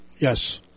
Yes